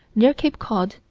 near cape cod,